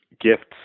gifts